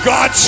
God